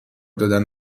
دادن